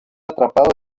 atrapado